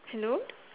hello